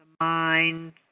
mind